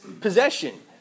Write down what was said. possession